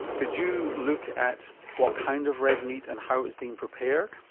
did you look at what kind of red meat and how it was being prepared?